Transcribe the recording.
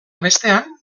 bestean